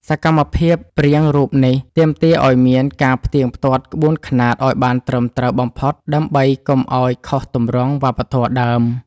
សកម្មភាពព្រាងរូបនេះទាមទារឱ្យមានការផ្ទៀងផ្ទាត់ក្បួនខ្នាតឱ្យបានត្រឹមត្រូវបំផុត ដើម្បីកុំឱ្យខុសទម្រង់វប្បធម៌ដើម។